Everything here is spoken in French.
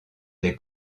des